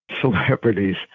celebrities